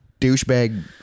douchebag